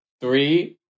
Three